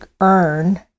earn